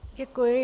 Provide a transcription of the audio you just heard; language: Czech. Děkuji.